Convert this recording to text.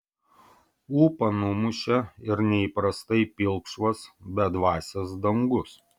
ūpą numušė ir neįprastai pilkšvas bedvasis dangus